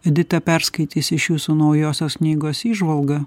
edita perskaitys iš jūsų naujosios knygos įžvalgą